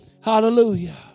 Hallelujah